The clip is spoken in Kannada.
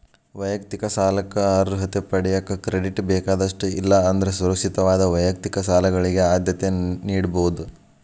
ವೈಯಕ್ತಿಕ ಸಾಲಕ್ಕ ಅರ್ಹತೆ ಪಡೆಯಕ ಕ್ರೆಡಿಟ್ ಬೇಕಾದಷ್ಟ ಇಲ್ಲಾ ಅಂದ್ರ ಸುರಕ್ಷಿತವಾದ ವೈಯಕ್ತಿಕ ಸಾಲಗಳಿಗೆ ಆದ್ಯತೆ ನೇಡಬೋದ್